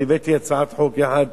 הבאתי הצעת חוק יחד